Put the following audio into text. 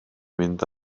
mynd